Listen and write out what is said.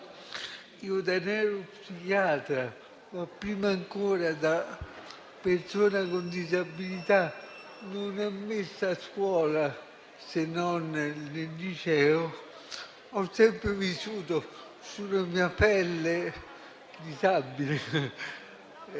Da neuropsichiatra, ma, prima ancora, da persona con disabilità - non ammessa a scuola, se non al liceo - ho sempre vissuto sulla mia pelle - disabile: